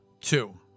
Two